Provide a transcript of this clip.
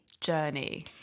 journey